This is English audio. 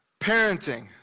Parenting